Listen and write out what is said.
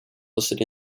listed